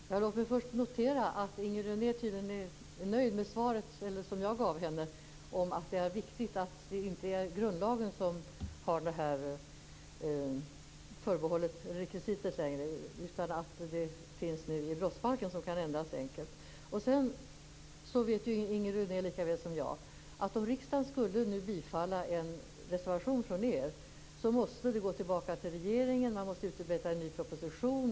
Herr talman! Låt mig först notera att Inger René tydligen är nöjd med svaret som jag gav henne om att det är viktigt att försvarlighetsrekvisitet inte längre finns i grundlagen utan i brottsbalken som enkelt kan ändras. Inger René vet lika väl som jag att om riksdagen nu skulle bifalla en reservation från Moderaterna, måste ärendet gå tillbaka till regeringen, och regeringen måste utarbeta en ny proposition.